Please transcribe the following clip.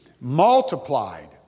Multiplied